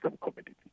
community